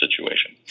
situation